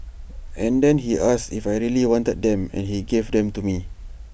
and then he asked if I really wanted them and he gave them to me